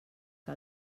que